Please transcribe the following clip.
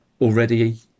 already